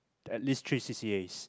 at least three C_C_As